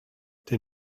they